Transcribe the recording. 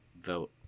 vote